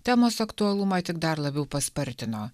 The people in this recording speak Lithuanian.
temos aktualumą tik dar labiau paspartino